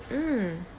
mm